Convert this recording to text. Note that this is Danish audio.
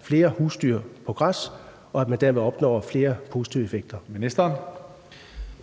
for fødevarer, landbrug og fiskeri (Jacob Jensen):